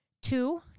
Two